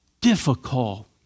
difficult